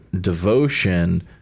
devotion